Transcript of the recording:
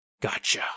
Gotcha